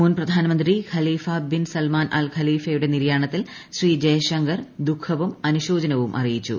മുൻ പ്രധാനമന്ത്രി Khalifa bin Salman Al ഖലീഫയുടെ നിര്യാണത്തിൽ ശ്രീ ജയ്ശങ്കർ ദുഖവും അനുശോചനവും അറിയിച്ചു